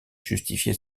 justifier